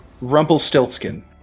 Rumpelstiltskin